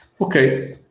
Okay